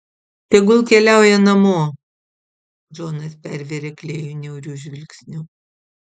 tegul keliauja namo džonas pervėrė klėjų niauriu žvilgsniu